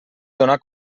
donar